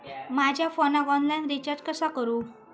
माझ्या फोनाक online recharge कसा करू?